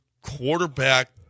quarterback